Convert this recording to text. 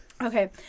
okay